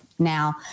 Now